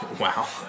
Wow